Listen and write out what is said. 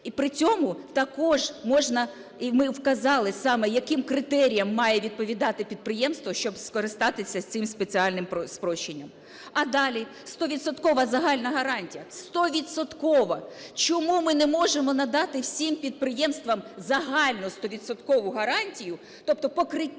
При цьому також можна, і ми вказали саме яким критеріям має відповідати підприємство, щоби скористатися цим спеціальним спрощенням. А далі? Стовідсоткова загальна гарантія. Стовідсоткова! Чому ми не можемо надати всім підприємствам загальну стовідсоткову гарантію, тобто покриття